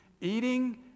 Eating